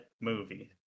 movie